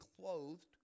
clothed